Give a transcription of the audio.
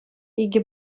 икӗ